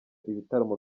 ibitaramo